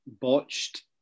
botched